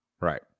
Right